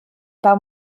pas